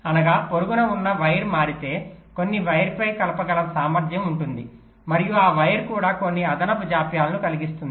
అనగా పొరుగున ఉన్న వైర్ మారితే కొన్ని వైర్పై కలపగల సామర్థ్యం ఉంటుంది మరియు ఆ వైర్ కూడా కొన్ని అదనపు జాప్యాలను కలిగిస్తుంది